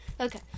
Okay